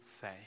say